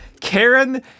Karen